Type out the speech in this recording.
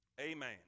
Amen